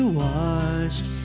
washed